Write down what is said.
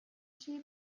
she